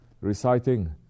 reciting